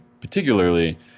particularly